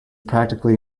practically